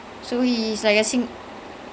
oh jayden plays in the movie ah